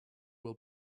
will